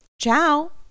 Ciao